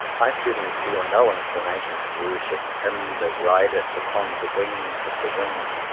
i certainly feel no inclination to worship him that rideth upon the wings of the wind.